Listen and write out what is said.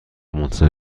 منتظر